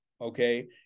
Okay